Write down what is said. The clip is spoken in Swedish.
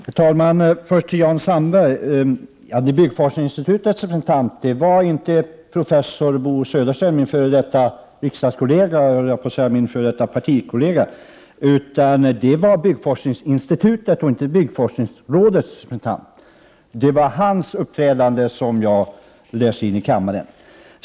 Herr talman! Jag vill först till Jan Sandberg säga att byggforskningsinstitutets representant inte var min f.d. riksdagskollega och min partikollega professor Bo Södersten, utan jag talade om byggforskningsrådets och inte byggforskningsinstitutets representant. Det var hans uppträdande som jag kommenterade i kammaren.